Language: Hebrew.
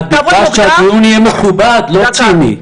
אבל את ביקשת שהדיון יהיה מכובד, לא ציני.